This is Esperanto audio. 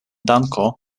danko